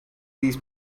these